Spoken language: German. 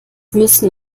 müssen